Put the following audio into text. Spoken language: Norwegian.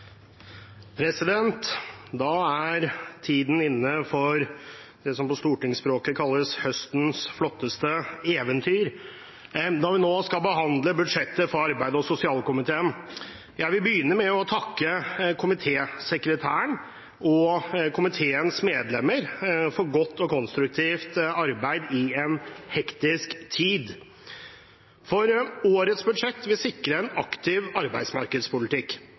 tiden inne for det som på stortingsspråket kalles høstens flotteste eventyr – når vi nå skal behandle budsjettet for arbeids- og sosialkomiteen. Jeg vil begynne med å takke komitésekretæren og komiteens medlemmer for godt og konstruktivt arbeid i en hektisk tid. Årets budsjett vil sikre en aktiv arbeidsmarkedspolitikk,